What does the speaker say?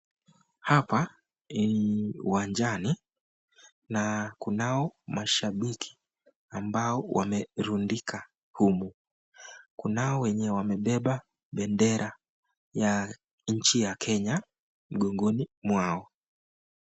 Hapa ni uwanjani na kunao mashambiki ambao wamerundika humu. Kunao wenye wamebeba bendera ya nchi ya Kenya mgongoni mwao.